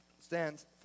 Stands